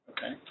Okay